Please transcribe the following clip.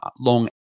long